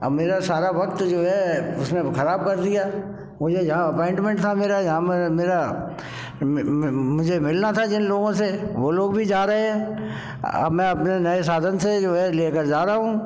अब मेरा सारा वक्त जो है उसने अब खराब कर दिया मुझे यहाँ अपॉइंटमेंट था मेरा यहाँ मेरा मुझे मिलना था जिन लोगों से वो लोग भी जा रहे हैं अब मैं अपने नए साधन से जो है लेकर जा रहा हूँ